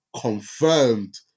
confirmed